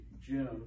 Jim